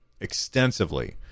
extensively